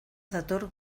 dator